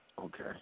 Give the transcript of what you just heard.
Okay